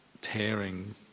tearing